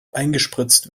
eingespritzt